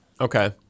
Okay